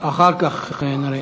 אחר כך נראה.